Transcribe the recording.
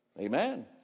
Amen